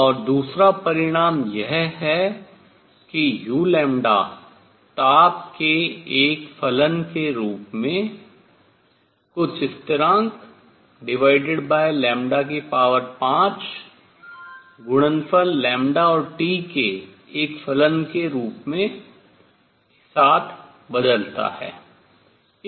और दूसरा परिणाम यह है कि u ताप के एक फलन के रूप में कुछ स्थिरांक divided by 5 गणनफल λ और T के एक फलन के रूप में के साथ बदलता है